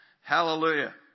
Hallelujah